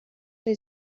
های